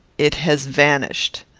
it has vanished.